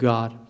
God